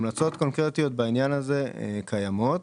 המלצות קונקרטיות בעניין הזה קיימות.